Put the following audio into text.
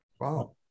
wow